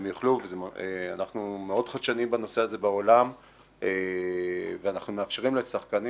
אנחנו מאוד חדשנים בנושא הזה בעולם ואנחנו מאפשרים לשחקנים